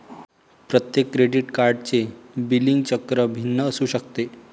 प्रत्येक क्रेडिट कार्डचे बिलिंग चक्र भिन्न असू शकते